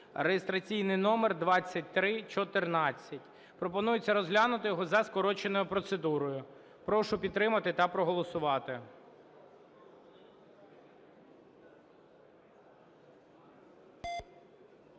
(реєстраційний номер 2155). Пропонується розглянути його за скороченою процедурою. Прошу підтримати та проголосувати.